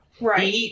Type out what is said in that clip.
Right